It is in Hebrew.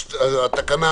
הצבעה התקנות אושרו.